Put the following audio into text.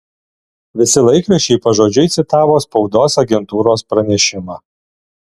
visi laikraščiai pažodžiui citavo spaudos agentūros pranešimą